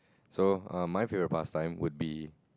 so um my favourite pastime would be